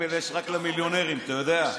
אפל יש רק למיליונרים, אתה יודע.